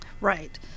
right